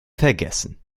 vergessen